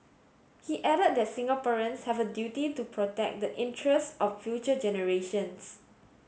he added that Singaporeans have a duty to protect the interest of future generations